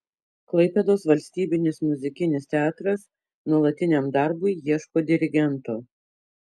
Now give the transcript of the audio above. klaipėdos valstybinis muzikinis teatras nuolatiniam darbui ieško dirigento